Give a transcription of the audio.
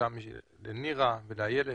לנירה ולאיילת.